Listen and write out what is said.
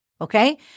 okay